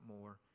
more